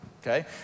Okay